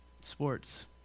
Sports